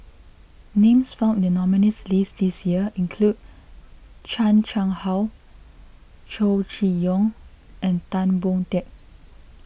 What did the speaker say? names found in the nominees' list this year include Chan Chang How Chow Chee Yong and Tan Boon Teik